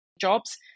jobs